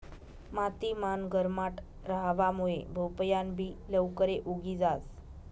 माती मान गरमाट रहावा मुये भोपयान बि लवकरे उगी जास